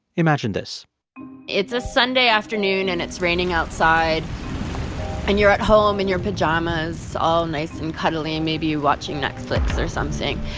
imagine this it's a sunday afternoon, and it's raining outside and you're at home in your pajamas, all nice and cuddly and maybe watching netflix or something.